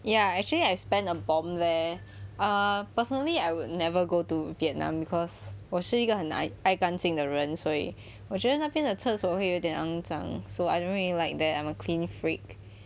ya actually I spent a bomb there err personally I would never go to vietnam because 我是一个很爱干净的人所以我觉那边的厕所会有点肮脏 so I don't really like that I'm a clean freak